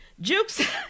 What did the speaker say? jukes